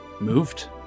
moved